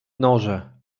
norze